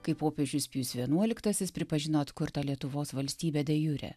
kai popiežius pijus vienuoliktasis pripažino atkurtą lietuvos valstybę de jure